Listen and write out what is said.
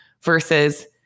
versus